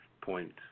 points